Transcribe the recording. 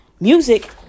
music